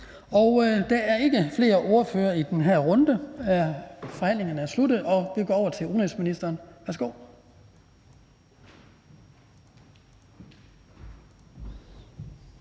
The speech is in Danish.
Der er ikke flere ordførere i den her runde, og vi går over til udenrigsministeren.